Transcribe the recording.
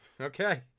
Okay